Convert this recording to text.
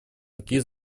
такие